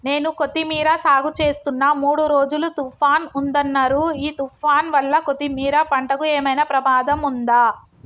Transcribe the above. నేను కొత్తిమీర సాగుచేస్తున్న మూడు రోజులు తుఫాన్ ఉందన్నరు ఈ తుఫాన్ వల్ల కొత్తిమీర పంటకు ఏమైనా ప్రమాదం ఉందా?